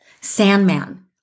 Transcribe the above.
Sandman